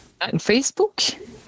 Facebook